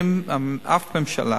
ואם אף ממשלה,